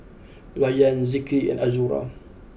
Rayyan Zikri and Azura